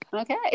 Okay